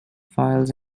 filed